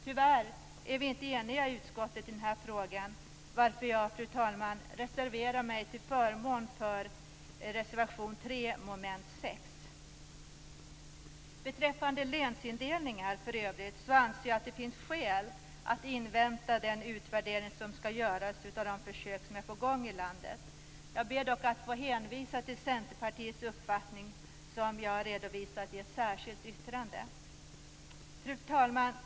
Tyvärr är vi inte eniga i utskottet i den här frågan. Därför, fru talman, yrkar jag bifall till reservation 3 under mom. 6. Beträffande länsindelningar för övrigt, anser jag att det finns skäl att invänta den utvärdering som skall göras av de försök som är på gång i landet. Jag ber dock att få hänvisa till Centerpartiets uppfattning som jag har redovisat i ett särskilt yttrande. Fru talman!